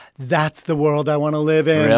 that's the world i want to live in yeah